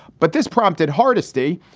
but this prompted hardisty,